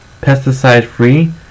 pesticide-free